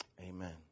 amen